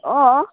অঁ